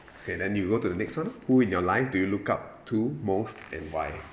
okay then you go to the next one who in your life do you look up to most and why